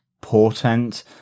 portent